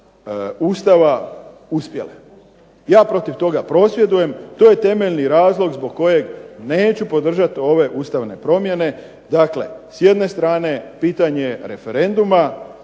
Ustava uspjele. Ja protiv toga prosvjedujem. To je temeljni razlog zbog kojeg neću podržat ove ustavne promjene. Dakle, s jedne strane pitanje referenduma